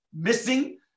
missing